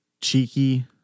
cheeky